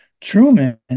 Truman